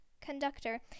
conductor